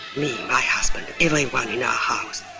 me, my husband, everyone in our house.